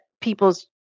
people's